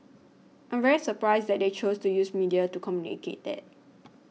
I'm very surprised that they choose to use media to communicate that